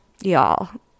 Y'all